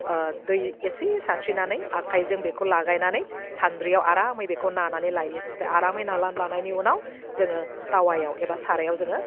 दै एसे सारस्रिनानै आखाइजों बेखौ लागायनानै सान्द्रियाव आरामै बेखौ नानानै लायो ओमफ्राय आरामै नाला लानायनि उनाव जोङो तावायाव एबा सारायाव जोङो